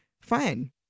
fine